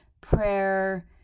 prayer